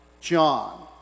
John